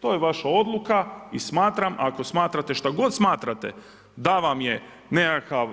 To je vaša odluka i smatram ako smatrate šta god smatrate da vam je nekakav